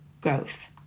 growth